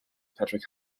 patrick